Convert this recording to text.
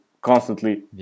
constantly